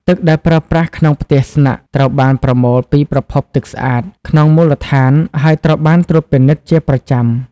ទឹកដែលប្រើប្រាស់ក្នុងផ្ទះស្នាក់ត្រូវបានប្រមូលពី ប្រភពទឹកស្អាត ក្នុងមូលដ្ឋាន ហើយត្រូវបានត្រួតពិនិត្យជាប្រចាំ។